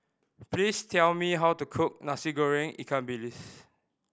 please tell me how to cook Nasi Goreng ikan bilis